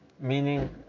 meaning